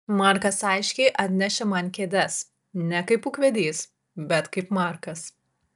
markas aiškiai atnešė man kėdes ne kaip ūkvedys bet kaip markas